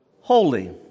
Holy